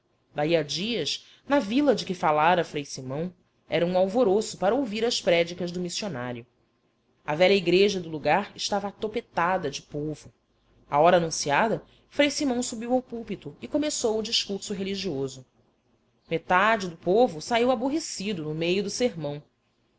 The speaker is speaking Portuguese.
daí a dias na vila de que falara frei simão era um alvoroço para ouvir as prédicas do missionário a velha igreja do lugar estava atopetada de povo à hora anunciada frei simão subiu ao púlpito e começou o discurso religioso metade do povo saiu aborrecido no meio do sermão